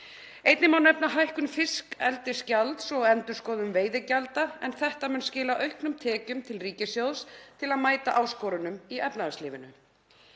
Einnig má nefna hækkun fiskeldisgjalds og endurskoðun veiðigjalda en þetta mun skila auknum tekjum til ríkissjóðs til að mæta áskorunum í efnahagslífinu.